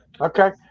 Okay